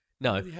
No